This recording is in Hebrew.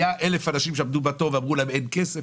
היו 1,000 אנשים שעמדו בתור ואמרו להם אין כסף?